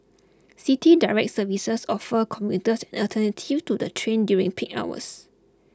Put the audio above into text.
City Direct services offer commuters an alternative to the train during peak hours